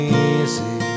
easy